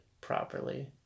properly